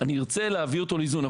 אני ארצה להביא אותו לאיזון.